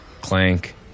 clank